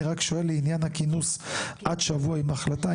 אני רק שואל לעניין הכינוס עד שבוע עם החלטה,